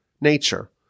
nature